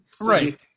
right